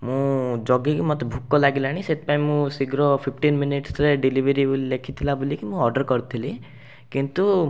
ମୁଁ ଜଗିକି ମୋତେ ଭୋକ ଲାଗିଲାଣି ସେଥିପାଇଁ ମୁଁ ଶୀଘ୍ର ଫିପ୍ଟିନ୍ ମିନିଟ୍ସରେ ଡେଲିଭେରି ଲେଖିଥିଲା ବୋଲିକି ମୁଁ ଅର୍ଡ଼ର୍ କରିଥିଲି କିନ୍ତୁ